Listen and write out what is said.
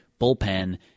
bullpen